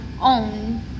own